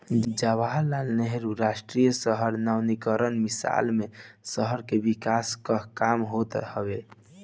जवाहरलाल नेहरू राष्ट्रीय शहरी नवीनीकरण मिशन मे शहर के विकास कअ काम होत हवे